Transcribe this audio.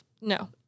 no